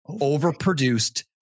overproduced